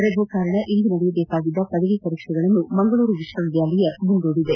ರಜೆ ಕಾರಣ ಇಂದು ನಡೆಯದೇಕಾಗಿದ್ದ ಪದವಿ ಪರೀಕ್ಷೆಗಳನ್ನು ಮಂಗಳೂರು ವಿಶ್ವವಿದ್ಯಾಲಯ ಮುಂದೂಡಿದೆ